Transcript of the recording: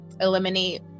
eliminate